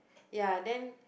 ya then